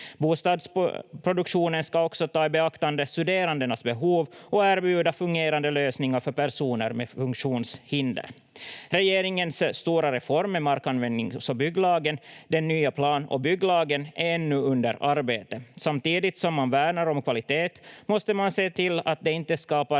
Bostadsproduktionen ska också ta i beaktande studerandenas behov och erbjuda fungerande lösningar för personer med funktionshinder. Regeringens stora reform av markanvändnings- och bygglagen, den nya plan- och bygglagen, är ännu under arbete. Samtidigt som man värnar om kvalitet måste man se till att det inte skapar